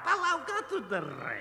palauk ką tu darai